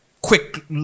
quick